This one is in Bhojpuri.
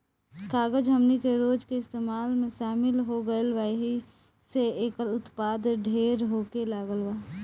कागज हमनी के रोज के इस्तेमाल में शामिल हो गईल बा एहि से एकर उत्पाद ढेर होखे लागल बा